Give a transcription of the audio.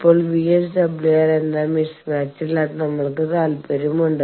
ഇപ്പോൾ VSWR എന്ന മിസ്മാച്ചിൽ നമ്മൾക്ക് താൽപ്പര്യമുണ്ട്